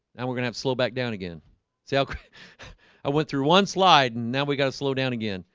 and we're gonna have slow back down again say, okay i went through one slide and now we got to slow down again,